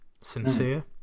sincere